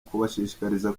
kubashishikariza